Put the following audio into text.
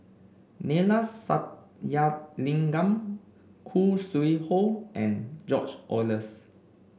Neila Sathyalingam Khoo Sui Hoe and George Oehlers